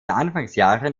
anfangsjahren